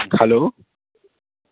hello